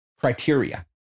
criteria